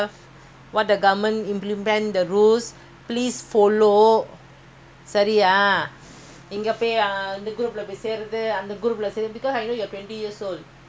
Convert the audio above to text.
still அந்த:antha teenage வயசுதாஓடுதுஅங்கபாரேன்தூக்கிகாட்டுரான்:vayasutha ooduthu ankapaaren thooki kaatturaan ah ah !huh!